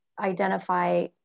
identify